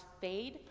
fade